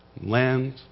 Land